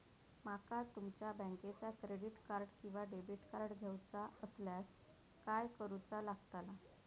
माका तुमच्या बँकेचा क्रेडिट कार्ड किंवा डेबिट कार्ड घेऊचा असल्यास काय करूचा लागताला?